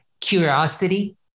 Curiosity